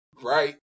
right